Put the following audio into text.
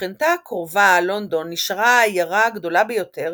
שכנתה הקרובה, לונדון, נשארה העיירה הגדולה ביותר